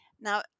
now